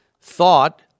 thought